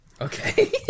Okay